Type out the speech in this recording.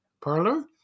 Parlor